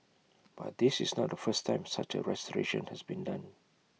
but this is not the first time such A restoration has been done